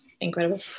incredible